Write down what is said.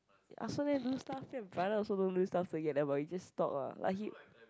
I also never do stuff me and brother also don't do stuff together but we just talk ah like he